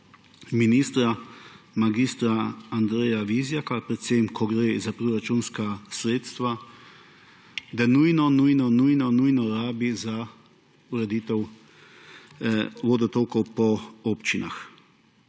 ministra mag. Andreja Vizjaka, predvsem ko gre za proračunska sredstva, da nujno, nujno, nujno rabi za ureditev vodotokov po občinah.